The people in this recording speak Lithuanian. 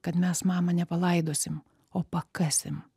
kad mes mamą nepalaidosim o pakasim